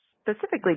specifically